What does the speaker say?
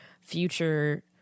future